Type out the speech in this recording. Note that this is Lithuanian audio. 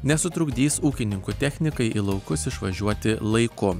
nesutrukdys ūkininkų technikai į laukus išvažiuoti laiku